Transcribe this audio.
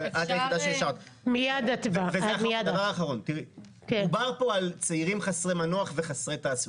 דובר פה על צעירים חסרי מנוח וחסרי תעסוקה.